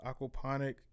aquaponic